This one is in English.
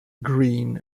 green